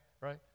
Right